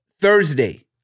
Thursday